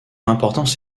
importance